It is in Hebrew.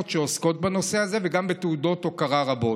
שעוסקות בנושא הזה וגם בתעודות הוקרה רבות.